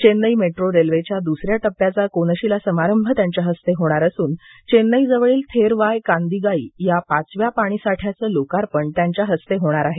Chennai metro रेल्वेच्या दुसऱ्या टप्प्याचा कोनशिला समारंभ त्यांच्या हस्ते होणार असून चेन्नई जवळील थेर वाय कान्दिगाई या पाचव्या पाणीसाठ्याचं लोकापर्ण त्यांच्या हस्ते होणार आहे